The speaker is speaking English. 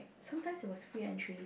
sometimes it was free entry